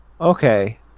Okay